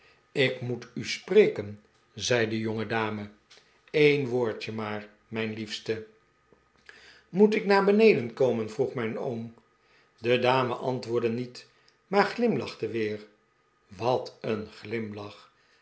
ik moet u spreken zei de jongedameeen woordje maar mijn liefste moet ik naar beneden komen vroeg mijn oom de dame antwoordde niet maar glimlachte weer wat een glimlach